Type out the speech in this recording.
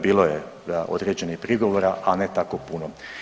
Bilo je da određenih prigovora, a ne tako puno.